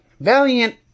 valiant